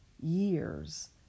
years